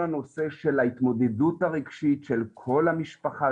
הנושא של ההתמודדות הרגשית של כל המשפחה,